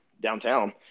downtown